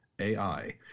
AI